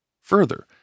Further